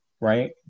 right